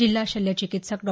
जिल्हा शल्यचिकित्सक डॉ